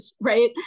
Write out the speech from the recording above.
right